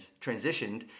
transitioned